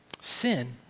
Sin